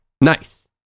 nice